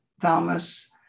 thalamus